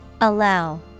Allow